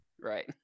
right